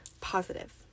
positive